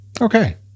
Okay